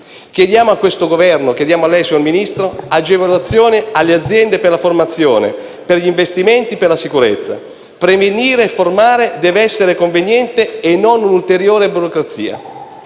Chiediamo al Governo e a lei, signor Ministro, agevolazioni alle aziende per la formazione, per gli investimenti per la sicurezza: prevenire e formare deve essere conveniente e non produrre ulteriore burocrazia.